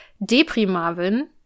Deprimavin